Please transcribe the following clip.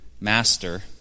master